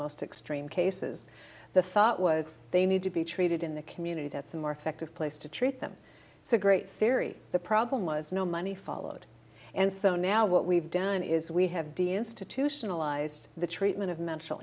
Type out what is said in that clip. most extreme cases the thought was they need to be treated in the community that's a more effective place to treat them it's a great theory the problem was no money followed and so now what we've done is we have deals to to tional ised the treatment of mental